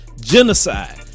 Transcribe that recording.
genocide